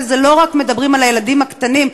ולא מדברים רק על הילדים הקטנים,